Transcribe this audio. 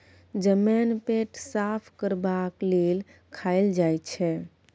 जमैन पेट साफ करबाक लेल खाएल जाई छै